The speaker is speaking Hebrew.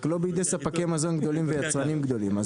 רק לא בידי ספקי מזון גדולים ויצרנים גדולים.